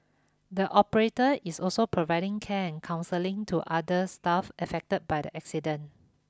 the operator is also providing can counselling to other staff affected by the accident